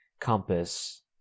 compass